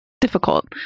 difficult